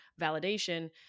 validation